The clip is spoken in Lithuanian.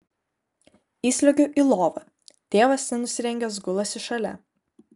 įsliuogiu į lovą tėvas nenusirengęs gulasi šalia